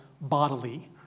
bodily